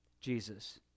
Jesus